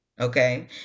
okay